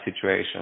situation